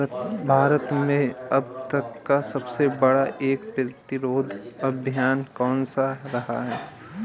भारत में अब तक का सबसे बड़ा कर प्रतिरोध अभियान कौनसा रहा है?